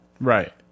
right